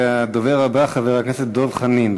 והדובר הבא, חבר הכנסת דב חנין.